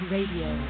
Radio